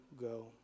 go